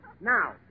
Now